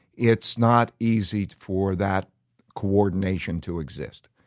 it's not easy for that coordination to exist.